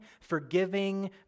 forgiving